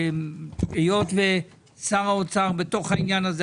והיות ושר האוצר בתוך העניין הזה,